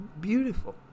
beautiful